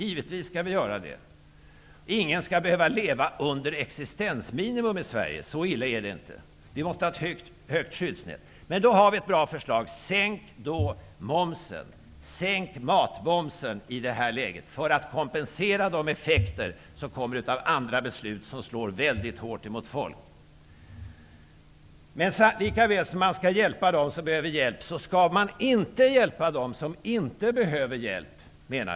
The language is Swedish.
Ingen skall behöva leva under existensminimum i Sverige. Så illa är det inte. Vi måste ha ett bra skyddsnät. Då har vi ett bra förslag: sänk matmomsen i detta läge för att kompensera effekterna av andra beslut som slår väldigt hårt mot folk. Men lika väl som man skall hjälpa dem som behöver hjälp skall man inte hjälpa dem som inte behöver hjälp.